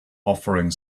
offering